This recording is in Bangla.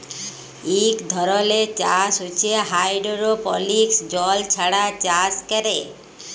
ইক ধরলের চাষ হছে হাইডোরোপলিক্স জল ছাড়া চাষ ক্যরে